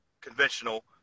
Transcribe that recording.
conventional